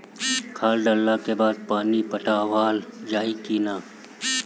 खाद डलला के बाद पानी पाटावाल जाई कि न?